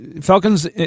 Falcons